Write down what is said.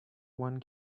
one